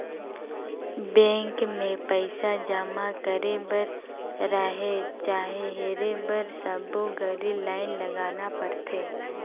bank मे पइसा जमा करे बर रहें चाहे हेरे बर सबो घरी लाइन लगाना परथे